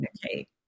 communicate